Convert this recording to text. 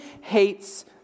hates